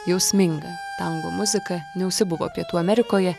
jausminga tango muzika neužsibuvo pietų amerikoje